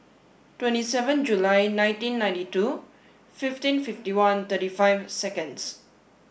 twenty seven July ninety nineteen two fifteen fifty one thirty five seconds